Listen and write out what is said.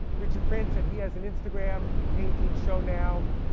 richard prince, and he has an instagram painting show now.